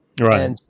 Right